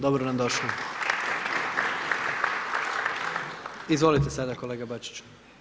Dobro nam došli. … Izvolite sada kolega Bačiću.